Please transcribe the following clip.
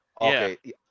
Okay